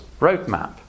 roadmap